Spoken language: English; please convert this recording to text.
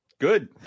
Good